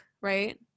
right